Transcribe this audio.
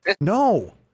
no